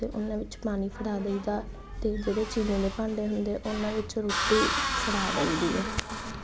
ਤੇ ਉਹਨਾਂ ਵਿੱਚ ਪਾਣੀ ਫੜਾ ਦਈਦਾ ਤੇ ਜਿਹੜੇ ਚੀਨੀ ਦੇ ਭਾਂਡੇ ਹੁੰਦੇ ਉਹਨਾਂ ਵਿੱਚ ਰੋਟੀ ਫੜਾ ਦਈਦੀ ਆ